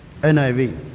niv